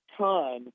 ton –